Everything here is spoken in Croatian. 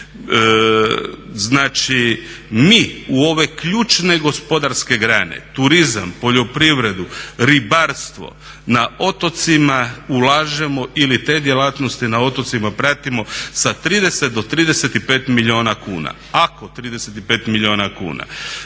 Znači mi u ove ključne gospodarske grane turizam, poljoprivredu, ribarstvo, na otocima ulažemo ili te djelatnosti na otocima pratimo sa 30 do 35 milijuna kuna, ako 35 milijuna kuna.